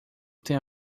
tem